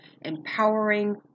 empowering